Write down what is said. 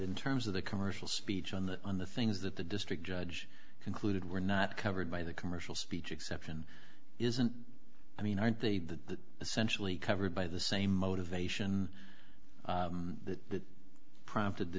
in terms of the commercial speech on the on the things that the district judge concluded were not covered by the commercial speech exception isn't i mean aren't they that essentially covered by the same motivation that prompted the